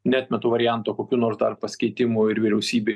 neatmetu varianto kokių nors dar pasikeitimų ir vyriausybėj